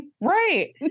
Right